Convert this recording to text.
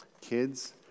kids